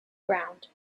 ground